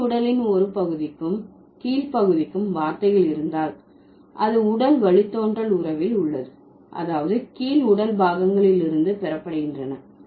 மேல் உடலின் ஒரு பகுதிக்கும் கீழ் பகுதிக்கும் வார்த்தைகள் இருந்தால் அது உடல் வழித்தோன்றல் உறவில் உள்ளது அதாவது கீழ் உடல் பாகங்கலிருந்து இருந்து பெறப்படுகின்றன